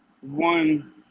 one